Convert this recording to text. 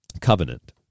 Covenant